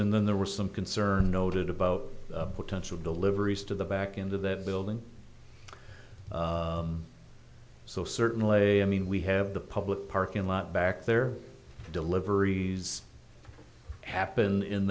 soon than there was some concern noted about potential deliveries to the back into that building so certainly a i mean we have the public parking lot back there deliveries happen in